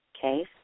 case